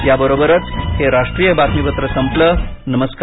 या बरोबरच हे राष्ट्रीय बातमीपत्र संपलं नमस्कार